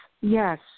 Yes